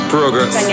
Progress